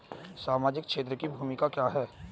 सामाजिक क्षेत्र की भूमिका क्या है?